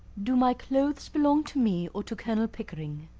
do my clothes belong to me or to colonel pickering?